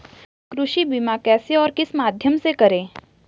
कृषि बीमा कैसे और किस माध्यम से करें?